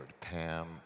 Pam